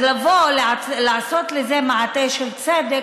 אז לבוא ולעשות לזה מעטה של צדק,